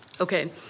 Okay